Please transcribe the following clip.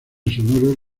sonoro